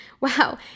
Wow